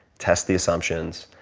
test the assumptions,